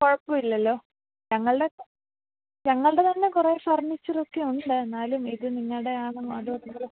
കുഴപ്പമില്ലല്ലോ ഞങ്ങളുടെ ഞങ്ങളുടെ തന്നെ കുറെ ഫർണിച്ചറൊക്കെ ഉണ്ട് എന്നാലും ഇത് നിങ്ങളുടെ ആണോ അതോ